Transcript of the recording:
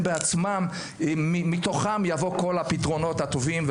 בעצמם מתוכם יבואו כל הפתרונות הטובים.